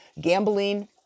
gambling